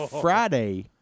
Friday